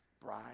bride